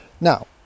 Now